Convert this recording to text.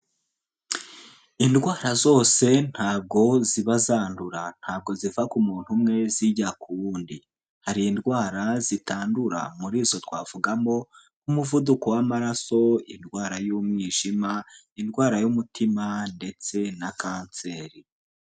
Indwara zose ntabwo ziba zandura, ntabwo ziva ku muntu umwe zijya ku wundi, hari indwara zitandura, muri zo twavugamo nk'umuvuduko w'amaraso, indwara y'umwijima, indwara y'umutima ndetse na kanseri.